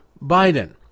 Biden